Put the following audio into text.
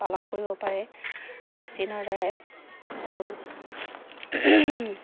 পালন কৰিব পাৰে মেচিনৰ দ্বাৰাই আৰু